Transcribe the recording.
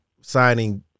signing